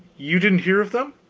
you didn't hear of them?